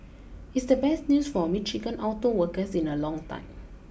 it's the best news for Michigan auto workers in a long time